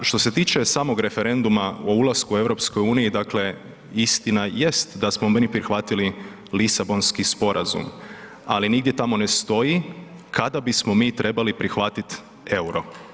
Što se tiče samog referenduma o ulasku EU, dakle istina jest da smo mi prihvatili Lisabonski sporazum, ali nigdje tamo ne stoji kada bismo mi trebali prihvatiti EUR-o.